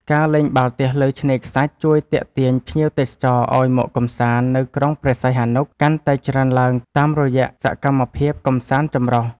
ការលេងបាល់ទះលើឆ្នេរខ្សាច់ជួយទាក់ទាញភ្ញៀវទេសចរឱ្យមកកម្សាន្តនៅក្រុងព្រះសីហនុកាន់តែច្រើនឡើងតាមរយៈសកម្មភាពកម្សាន្តចម្រុះ។